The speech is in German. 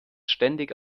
ständig